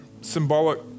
symbolic